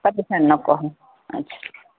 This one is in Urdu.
پریشان نکو ہو اچھا